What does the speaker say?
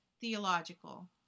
theological